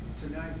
tonight